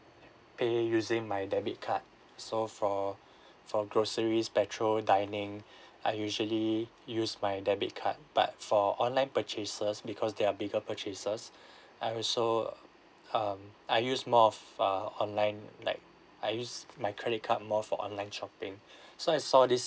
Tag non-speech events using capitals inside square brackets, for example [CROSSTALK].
pay using my debit card so for for groceries petrol dining I usually use my debit card but for online purchases because they are bigger purchases [BREATH] I also um I use more of uh online like I use my credit card more for online shopping so I saw this